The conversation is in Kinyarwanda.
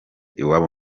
iwabo